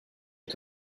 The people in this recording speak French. est